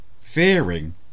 fearing